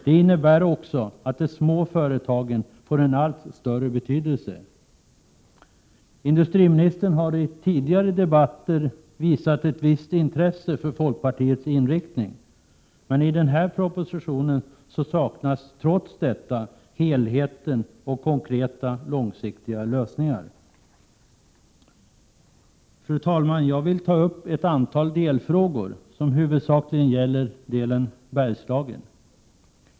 Det innebär också att de små företagen får en allt större betydelse. Industriministern har i tidigare debatter visat ett visst intresse för folkpartiets inriktning. I denna proposition saknas trots detta helheten och konkreta långsiktiga lösningar. Fru talman! Jag vill ta upp ett antal delfrågor som huvudsakligen gäller Bergslagen.